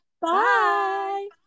Bye